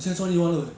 你现在赚一万二 eh